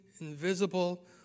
invisible